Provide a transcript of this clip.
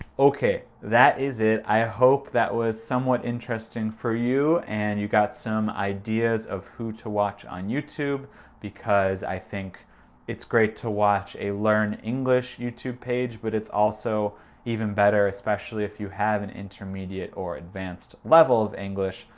ok, that is it. i hope that was somewhat interesting for you and you got some ideas of who to watch on youtube because i think it's great to watch a learn-english youtube page, but it's also even better, especially if you have an intermediate or advanced level of english,